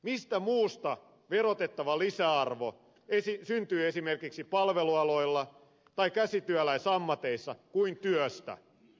mistä muusta verotettava lisäarvo syntyy esimerkiksi palvelualoilla tai käsityöläisammateissa kuin työstä